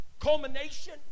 culmination